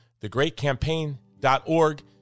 thegreatcampaign.org